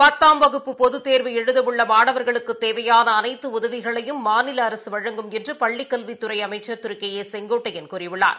பத்தாம் வகுப்பு பொதுத்தேர்வு எழுதஉள்ளமாணவர்களுக்குத் தேவையானஅனைத்துஉதவிகளையும் மாநிலஅரசுவழங்கும் என்றுபள்ளிக் கல்வித்துறைஅமைச்சர் திருகே ஏ செங்கோட்டையன் கூறியுள்ளார்